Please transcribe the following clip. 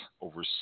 over